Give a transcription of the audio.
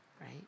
right